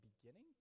beginning